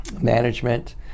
management